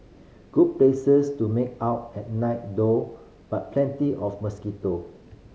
good places to make out at night though but plenty of mosquitoe